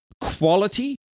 quality